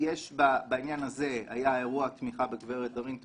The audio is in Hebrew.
בעניין הזה היה אירוע תמיכה בגברת דארין טאטור,